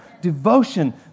devotion